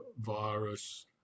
virus